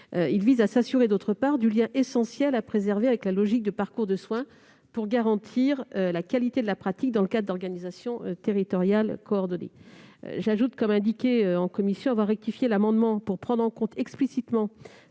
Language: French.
part, à s'assurer du lien essentiel à préserver avec la logique du parcours de soins, afin de garantir la qualité de la pratique, dans le cadre d'organisations territoriales coordonnées. J'ajoute, comme je l'ai indiqué en commission, que j'ai rectifié l'amendement pour prendre en compte explicitement